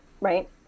right